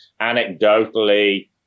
Anecdotally